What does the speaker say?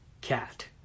Cat